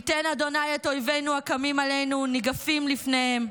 ייתן ה' את אויבינו הקמים עלינו ניגפים לפניהם.